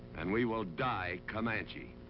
and we will die comanche.